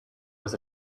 was